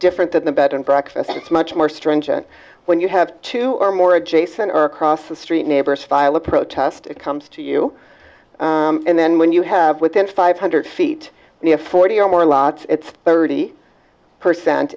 different than the bed and breakfast it's much more stringent when you have two or more adjacent or across the street neighbors file a protest it comes to you and then when you have within five hundred feet near forty or more lots it's thirty percent